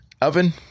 oven